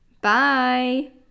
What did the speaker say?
Bye